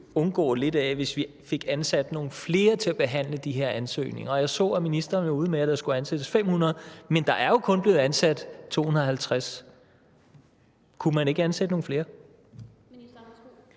undgå nogle af, hvis vi fik ansat nogle flere til at behandle de her ansøgninger. Jeg så, at ministeren var ude med, at der skulle ansættes 500 – men der er jo kun blevet ansat 250. Kunne man ikke ansætte nogle flere?